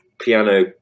piano